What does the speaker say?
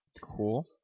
Cool